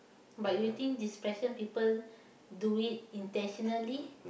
but you think depression people do it intentionally